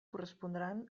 correspondran